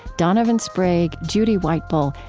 donovan sprague, judy white bull,